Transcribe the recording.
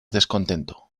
descontento